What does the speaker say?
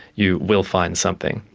you will find something.